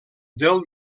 del